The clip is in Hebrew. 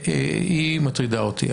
היא מטרידה אותי.